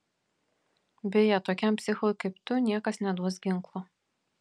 beje tokiam psichui kaip tu niekas neduos ginklo